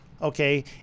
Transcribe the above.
Okay